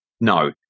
No